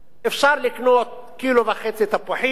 אפשר לקנות קילו וחצי תפוחים,